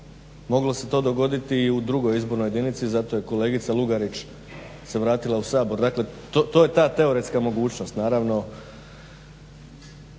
Moglo se to dogoditi i u drugoj izbornoj jedinici. Zato je kolegica Lugarić se vratila u Sabor. Dakle, to je ta teoretska mogućnost.